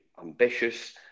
ambitious